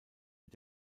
mit